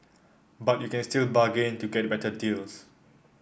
but you can still bargain to get better deals